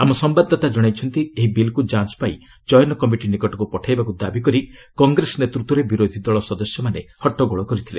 ଆମ ସମ୍ଭାଦଦାତା ଜଣାଇଛନ୍ତି ଏହି ବିଲ୍କୁ ଯାଞ୍ଚ ପାଇଁ ଚୟନ କମିଟି ନିକଟକୁ ପଠାଇବାକୁ ଦାବି କରି କଂଗ୍ରେସ ନେତୃତ୍ୱରେ ବିରୋଧି ଦଳ ସଦସ୍ୟମାନେ ହଟ୍ଟଗୋଳ କରିଥିଲେ